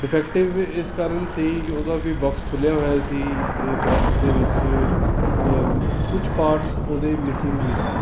defective ਇਸ ਕਾਰਨ ਸੀ ਉਹਦਾ ਕੋਈ ਬਾਕਸ ਖੁੱਲਿਆ ਹੋਇਆ ਸੀ ਅਤੇ ਬੋਕਸ ਦੇ ਵਿੱਚ ਕੁਛ ਪਾਰਟਸ ਉਹਦੇ ਮਿਸਿੰਗ ਵੀ ਸੀ